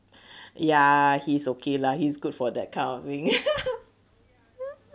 ya he's okay lah he's good for that kind of thing